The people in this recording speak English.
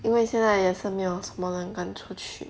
因为现在也是没有什么人敢出去